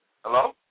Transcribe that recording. Hello